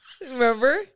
remember